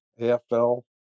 AFL